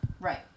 Right